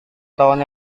tahun